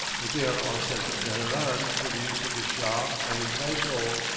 but they are all sent to teheran for the use of the shah and his household,